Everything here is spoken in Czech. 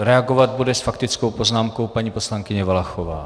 Reagovat bude s faktickou poznámkou paní poslankyně Valachová.